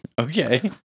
Okay